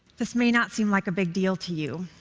this may not seem like a big deal to you.